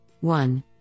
One